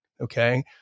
okay